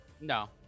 No